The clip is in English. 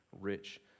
rich